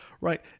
right